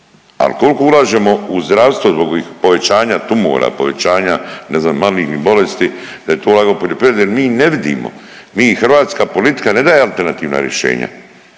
Al kolko ulažemo u zdravstvo zbog ovih povećanja tumora, povećanja ne znam malignih bolesti da je to ulagati u poljoprivredu jel mi ne vidimo, mi hrvatska politika ne daje alternativna rješenja.